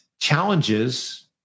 challenges